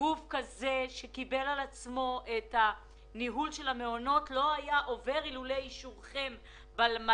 גוף שקיבל את הניהול של המעונות לא היה עובר ללא אישור המל"ג.